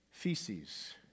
Feces